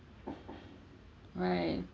right